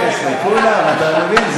כולם, אתה מבין?